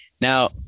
Now